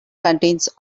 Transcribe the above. contains